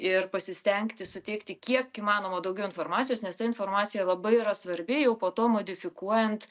ir pasistengti suteikti kiek įmanoma daugiau informacijos nes ta informacija labai yra svarbi jau po to modifikuojant